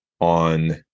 on